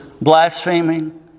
blaspheming